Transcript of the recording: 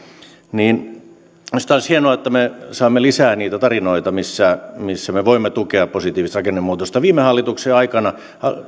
minusta olisi hienoa että me saamme lisää niitä tarinoita missä missä me voimme tukea positiivista rakennemuutosta viime hallituksen aikana